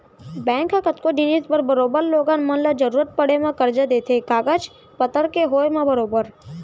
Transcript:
bank ह कतको जिनिस बर बरोबर लोगन मन ल जरुरत पड़े म करजा देथे कागज पतर के होय म बरोबर